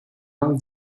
langue